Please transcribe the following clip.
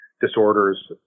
disorders